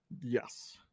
yes